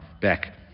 back